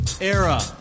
era